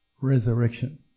resurrection